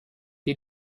die